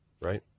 right